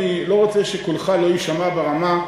אני לא רוצה שקולך לא יישמע ברמה.